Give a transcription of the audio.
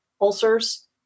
ulcers